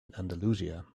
andalusia